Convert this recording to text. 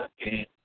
again